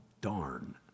darn